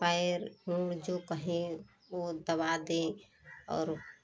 पैर गोर जो कहें वह दबा दें और